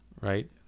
right